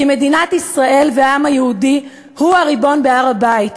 כי מדינת ישראל והעם היהודי הם הריבון בהר-הבית.